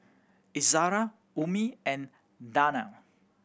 Izara Ummi and Danial